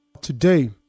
Today